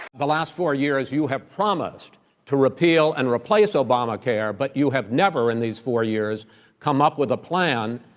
the last four years, you have promised to repeal and replace obamacare, but you have never in these four years come up with a plan,